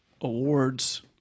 awards